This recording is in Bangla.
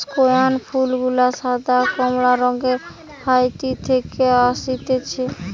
স্কেয়ান ফুল গুলা সাদা, কমলা রঙের হাইতি থেকে অসতিছে